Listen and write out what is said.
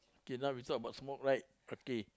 K now we talk about smoke right okay